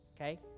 okay